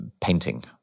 painting